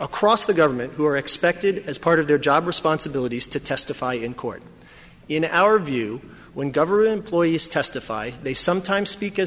across the government who are expected as part of their job responsibilities to testify in court in our view when government employees testify they sometimes speak as